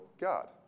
God